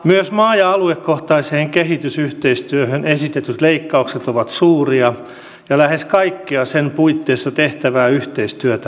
myös maa ja aluekohtaiseen kehitysyhteistyöhön esitetyt leikkaukset ovat suuria ja lähes kaikkea sen puitteissa tehtävää yhteistyötä vähennetään